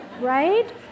Right